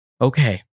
Okay